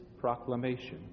proclamation